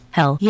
Hell